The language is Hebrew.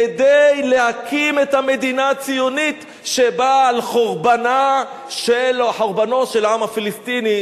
כדי להקים את המדינה הציונית שבאה על חורבנו של העם הפלסטיני,